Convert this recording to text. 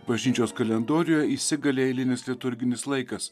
bažnyčios kalendoriuje įsigali eilinis liturginis laikas